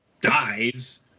dies